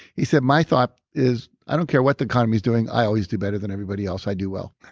he said, my thought is i don't care what the economy is doing. i always do better than everybody else. i do well.